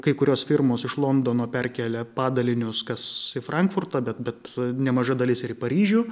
kai kurios firmos iš londono perkelia padalinius kas į frankfurtą bet bet nemaža dalis ir į paryžių